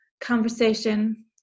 conversation